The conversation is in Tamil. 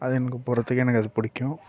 அது எனக்கு போகிறத்துக்கு அது எனக்கு பிடிக்கும்